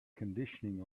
conditioning